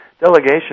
Delegation